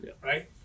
right